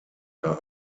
unter